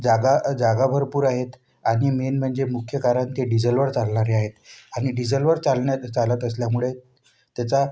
जागा जागा भरपूर आहेत आणि मेन म्हणजे मुख्य कारण ते डिझलवर चालणारे आहेत आणि डिझलवर चालण्यात चालतं असल्यामुळे त्याचा